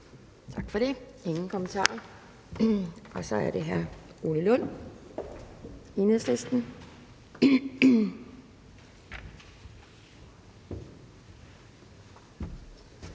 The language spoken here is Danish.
Tak for det. Der er ingen kommentarer. Så er det hr. Rune Lund, Enhedslisten.